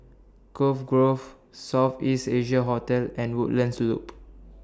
Cove Grove South East Asia Hotel and Woodlands Loop